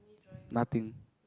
nothing